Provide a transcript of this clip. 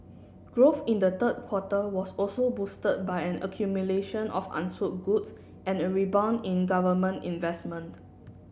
growth in the third quarter was also boosted by an accumulation of unsold goods and a rebound in government investment